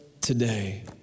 today